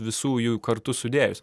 visų jų kartu sudėjus